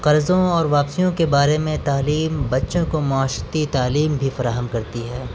قرضوں اور واپسیوں کے بارے میں تعلیم بچوں کو معاشرتی تعلیم بھی فراہم کرتی ہے